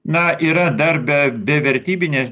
na yra dar be be vertybinės